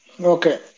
Okay